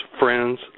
friends